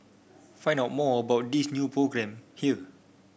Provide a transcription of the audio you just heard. find out more about this new programme here